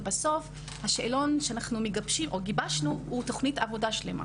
בסוף השאלון שגיבשנו הוא תוכנית עבודה שלמה.